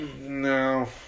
No